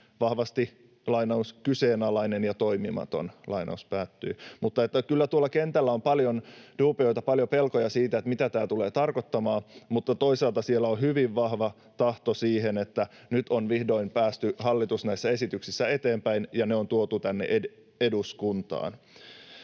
vahvasti ”kyseenalainen ja toimimaton”. Mutta kyllä tuolla kentällä on paljon duubioita, paljon pelkoja siitä, mitä tämä tulee tarkoittamaan, mutta toisaalta siellä on hyvin vahva tahto siihen, että nyt hallitus on vihdoin päässyt näissä esityksissä eteenpäin ja ne on tuotu tänne eduskuntaan.